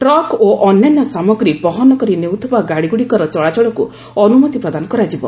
truck ଓ ଅନ୍ୟାନ୍ୟ ସାମଗ୍ରୀ ବହନ କରି ନେଉଥିବା ଗାଡ଼ିଗୁଡ଼ିକର ଚଳାଚଳକୁ ଅନୁମତି ପ୍ରଦାନ କରାଯିବ